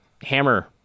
hammer